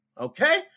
okay